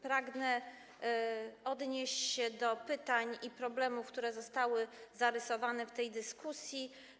Pragnę odnieść się do pytań i problemów, które zostały zarysowane w tej dyskusji.